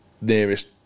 nearest